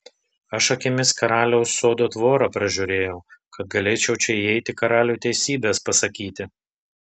aš akimis karaliaus sodo tvorą pražiūrėjau kad galėčiau čia įeiti karaliui teisybės pasakyti